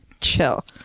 chill